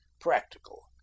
practical